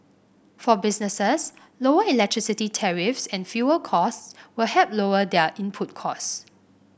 for businesses lower electricity tariffs and fuel costs will help lower their input costs